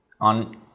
on